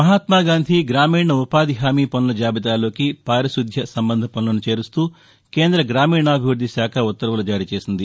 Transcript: మహాత్వాగాంధీ గ్రామీణ ఉపాధి హామీ పనుల జాబితాలోకి పారిశుద్య సంబంధ పసులను చేరుస్తూ కేంద్ర గ్రామీణాభిష్పద్దిశాఖ ఉత్తర్వులు జారీ చేసింది